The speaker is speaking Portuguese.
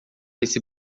esse